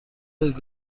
دارید